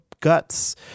guts